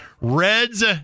Reds